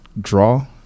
draw